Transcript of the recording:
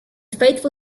faithful